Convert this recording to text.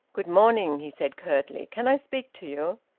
good morning, he said curtly. can i speak to you?